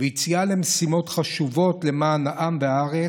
ביציאה למשימות חשובות למען העם והארץ,